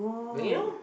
bring it on